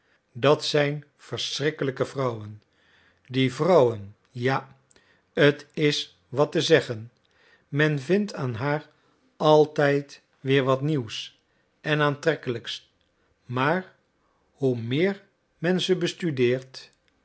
dat zijn verschrikkelijke vrouwen die vrouwen ja t is wat te zeggen men vindt aan haar altijd weer wat nieuws en aantrekkelijks maar hoe meer men ze bestudeert